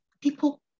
people